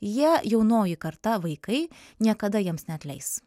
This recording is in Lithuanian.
jie jaunoji karta vaikai niekada jiems neatleis